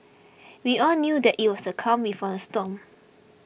we all knew that it was the calm before the storm